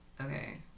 okay